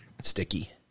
Sticky